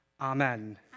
Amen